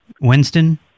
Winston